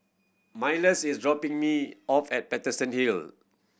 Myles is dropping me off at Paterson Hill